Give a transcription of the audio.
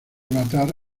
matar